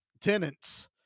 tenants